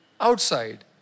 outside